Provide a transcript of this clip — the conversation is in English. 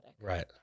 Right